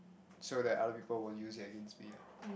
so that other people won't use it against me ah